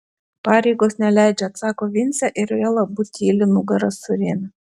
pareigos neleidžia atsako vincė ir vėl abu tyli nugaras surėmę